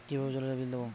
কিভাবে জলের বিল দেবো?